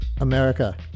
America